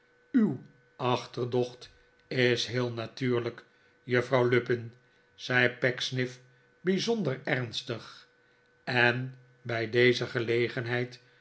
uw achterdocht is heel natuurlijk juffrouw lupin zei pecksniff bijzonder ernstig en bij deze gelegenheid